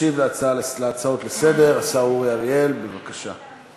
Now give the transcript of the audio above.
ישיב על ההצעות לסדר-היום השר אורי אריאל, בבקשה.